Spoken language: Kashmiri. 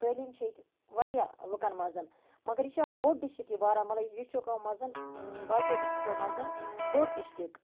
تعلیٖم چھِ ییٚتہِ واریاہ لُکَن منٛز مگر یہِ چھِ اَکھ بوٚڈ ڈِسٹرک یہِ بارہمولہ ڈِسٹرکَو منٛز باقِیَو ڈِسٹرکَو منٛز بوٚڈ ڈِسٹرک